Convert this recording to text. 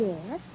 Yes